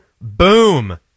boom